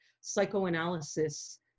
psychoanalysis